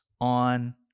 on